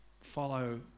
follow